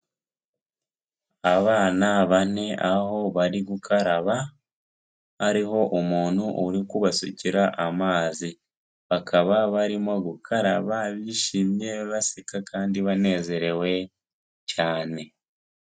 Abana bane aho bari gukaraba ariho umuntu uri kubasukira amazi bakaba barimo gukaraba bishimye baseka kandi banezerewe cyane.